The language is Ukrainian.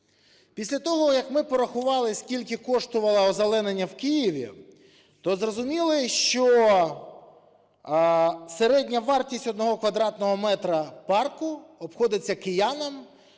після того, як ми порахували скільки коштувало озеленення в Києві, то зрозуміли, що середня вартість одного квадратного метра парку обходиться киянам